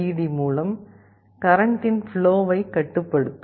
D மூலம் கரண்ட்டின் ப்ளோவைக் கட்டுப்படுத்தும்